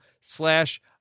slash